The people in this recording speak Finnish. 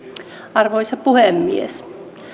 arvoisa puhemies